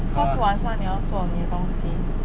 cause 晚上你要做你的东西